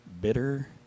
bitter